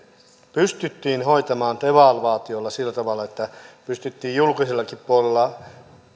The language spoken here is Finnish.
pystyttiin hoitamaan devalvaatiolla sillä tavalla että pystyttiin julkisellakin puolella